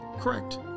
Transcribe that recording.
Correct